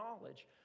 knowledge